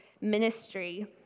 ministry